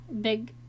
Big